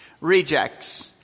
rejects